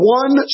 one